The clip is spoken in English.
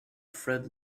fred